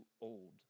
old